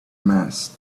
mass